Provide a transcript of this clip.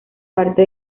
parte